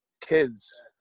kids